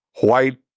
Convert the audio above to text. white